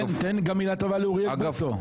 תן גם מילה טובה לאוריאל בוסו.